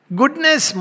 goodness